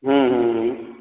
হুম হুম হুম